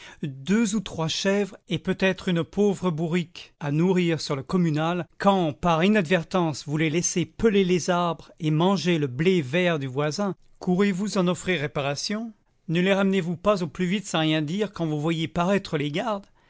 deux ou trois chèvres et peut-être une pauvre bourrique à nourrir sur le communal quand par inadvertance vous les laissez peler les arbres et manger le blé vert du voisin courez-vous en offrir réparation ne les ramenez vous pas au plus vite sans rien dire quand vous voyez paraître les gardes